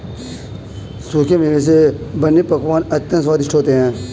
सूखे मेवे से बने पकवान अत्यंत स्वादिष्ट होते हैं